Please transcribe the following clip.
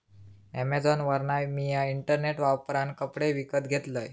अॅमेझॉनवरना मिया इंटरनेट वापरान कपडे विकत घेतलंय